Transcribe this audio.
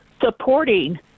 supporting